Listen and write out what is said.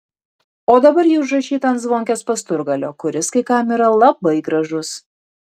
o dabar ji užrašyta ant zvonkės pasturgalio kuris kai kam yra labai gražus